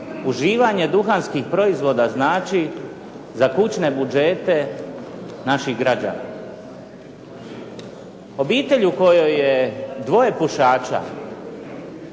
uživanje duhanskih proizvoda znači za kućne budžete naših građana. Obitelj u kojoj je dvoje pušača,